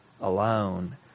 alone